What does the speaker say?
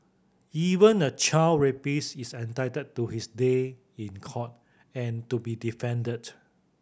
even a child rapist is entitled to his day in court and to be defended